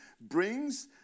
brings